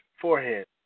forehead